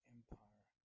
Empire